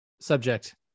Subject